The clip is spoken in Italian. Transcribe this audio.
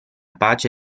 pace